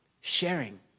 sharing